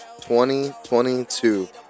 2022